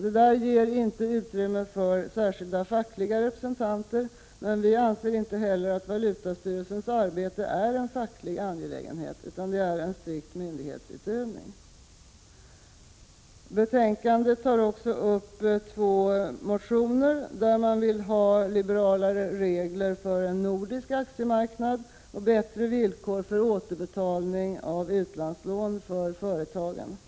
Det ger inte utrymme för särskilda fackliga representanter. Men vi anser inte heller att valutastyrelsens arbete är en facklig angelägenhet utan en strikt myndighetsutövning. I betänkandet tas även två motioner upp i vilka det krävs liberalare regler för en nordisk aktiemarknad och bättre villkor för återbetalning av utlandslån för företagen.